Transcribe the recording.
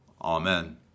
Amen